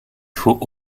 faut